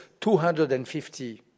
250